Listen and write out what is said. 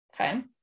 Okay